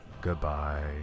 Goodbye